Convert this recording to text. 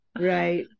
right